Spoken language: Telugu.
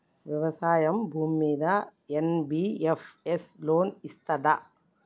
వ్యవసాయం భూమ్మీద ఎన్.బి.ఎఫ్.ఎస్ లోన్ ఇస్తదా?